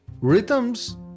rhythms